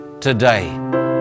today